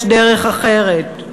יש דרך אחרת.